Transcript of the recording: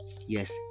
Yes